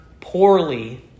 poorly